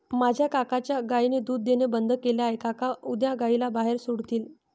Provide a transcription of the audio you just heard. माझ्या काकांच्या गायीने दूध देणे बंद केले आहे, काका उद्या गायीला बाहेर सोडतील